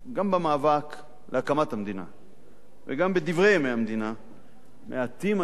גם במאבק להקמת המדינה וגם בדברי ימי המדינה מעטים היו,